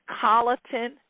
Colleton